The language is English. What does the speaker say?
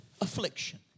affliction